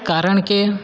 કારણ કે